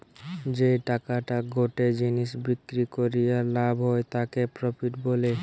যেই টাকাটা গটে জিনিস বিক্রি করিয়া লাভ হয় তাকে প্রফিট বলে